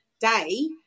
day